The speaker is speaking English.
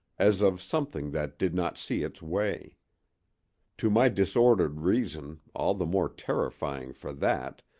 as of something that did not see its way to my disordered reason all the more terrifying for that,